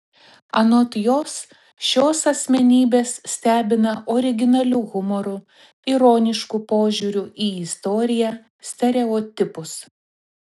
anot jos šios asmenybės stebina originaliu humoru ironišku požiūriu į istoriją stereotipus